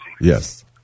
Yes